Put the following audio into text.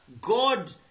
God